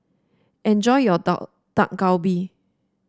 enjoy your Dak Dak Galbi